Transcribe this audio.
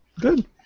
Good